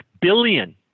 billion